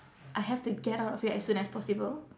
I have to get out of here as soon as possible